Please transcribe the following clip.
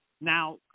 Now